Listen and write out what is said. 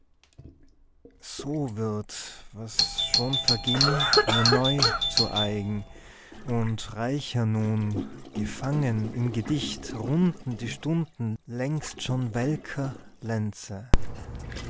so wird was schon verging mir neu zu eigen und reicher nun gefangen im gedicht runden die stunden längst schon welker lenze